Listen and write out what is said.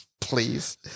Please